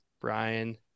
brian